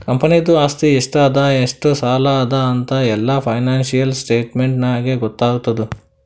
ಕಂಪನಿದು ಆಸ್ತಿ ಎಷ್ಟ ಅದಾ ಎಷ್ಟ ಸಾಲ ಅದಾ ಅಂತ್ ಎಲ್ಲಾ ಫೈನಾನ್ಸಿಯಲ್ ಸ್ಟೇಟ್ಮೆಂಟ್ ನಾಗೇ ಗೊತ್ತಾತುದ್